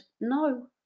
No